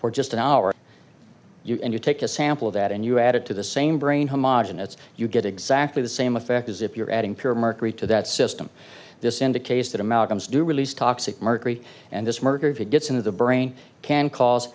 for just an hour you and you take a sample of that and you add it to the same brain homogenous you get exactly the same effect as if you're adding pure mercury to that system this indicates that americans do release toxic mercury and this murder if it gets into the brain can ca